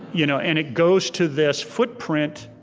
you know and it goes to this footprint